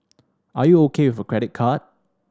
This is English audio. are you O K with credit card